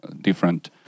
different